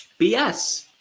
BS